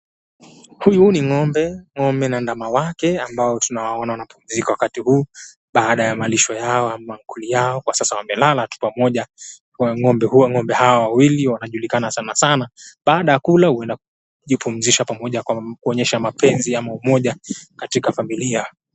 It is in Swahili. Huyu ni ngombe, ngombe na ndama wake ambao tunaona wanapumzika wakati huu baada ya malisho yao na maankuli ya sasa wamelala tu pamoja ngombe hawa wawili wanajulikana sanasana baada ya kula hupumzika pamoja kuonesha mapenzi ama umoja katika familia.